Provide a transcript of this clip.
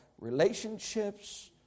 relationships